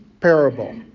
parable